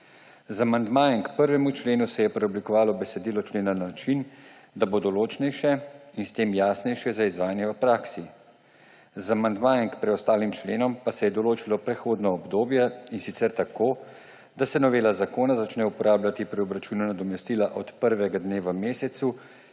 Z amandmajem k 1. členu se je preoblikovalo besedilo člena na način, da bo določnejše in s tem jasnejše za izvajanje v praksi. Z amandmajem k preostalim členom pa se je določilo prehodno obdobje, in sicer tako, da se novela zakona začne uporabljati pri obračunu nadomestila od prvega dneva v mesecu,